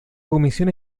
comisión